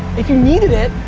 if you needed it,